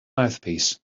mouthpiece